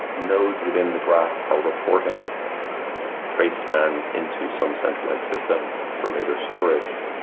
nodes within the graph are reporting you know trace spans into some centralized system for later storage.